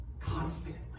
confidently